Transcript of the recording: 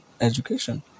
education